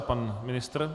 Pan ministr?